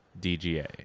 DGA